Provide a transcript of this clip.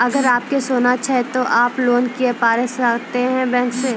अगर आप के सोना छै ते आप लोन लिए पारे चाहते हैं बैंक से?